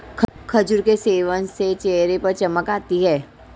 खजूर के सेवन से चेहरे पर चमक आती है